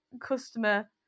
customer